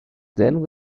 then